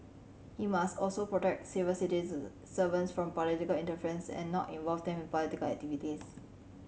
he must also protect civil servants from political interference and not involve them in political activities